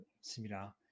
similar